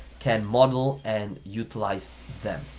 can model and utilize them,